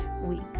week